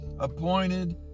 appointed